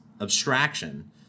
abstraction